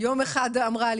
יום אחד אמרה לי.